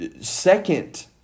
second